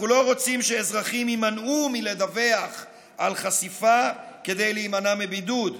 אנחנו לא רוצים שאזרחים יימנעו מלדווח על חשיפה כדי להימנע מבידוד,